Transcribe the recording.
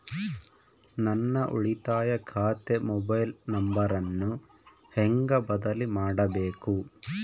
ನನ್ನ ಉಳಿತಾಯ ಖಾತೆ ಮೊಬೈಲ್ ನಂಬರನ್ನು ಹೆಂಗ ಬದಲಿ ಮಾಡಬೇಕು?